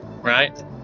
right